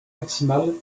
maximale